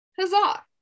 Huzzah